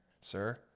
sir